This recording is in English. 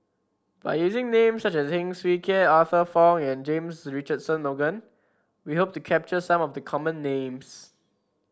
by using names such as Heng Swee Keat Arthur Fong and James Richardson Logan we hope to capture some of the common names